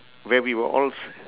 where we were all s~